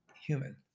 Human